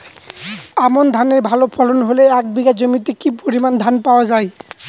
আমন ধানের ভালো ফলন হলে এক বিঘা জমিতে কি পরিমান ধান পাওয়া যায়?